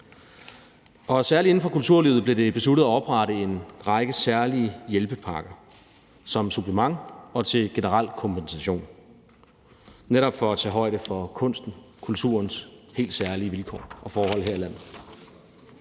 Særlig inden for kulturlivet blev det besluttet at oprette en række særlige hjælpepakker som supplement og til generel kompensation netop for at tage højde for kunstens og kulturens helt særlige vilkår og forhold her i landet.